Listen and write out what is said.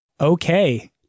Okay